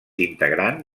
integrant